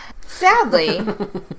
sadly